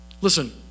Listen